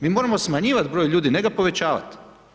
Mi moramo smanjivati broj ljudi, ne ga povećavati.